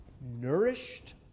nourished